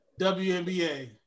WNBA